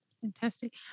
Fantastic